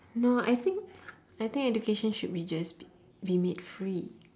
no I think I think education should be just b~ be made free